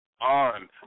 On